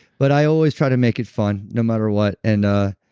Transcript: but i always try to make it fun, no matter what. and, ah